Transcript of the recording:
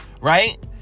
right